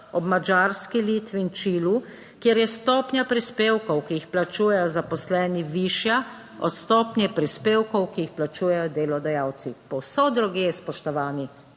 ob Madžarski, Litvin, Čilu, kjer je stopnja prispevkov, ki jih plačujejo zaposleni, višja od stopnje prispevkov, ki jih plačujejo delodajalci, povsod drugje, spoštovani,